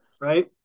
right